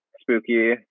spooky